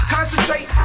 Concentrate